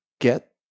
get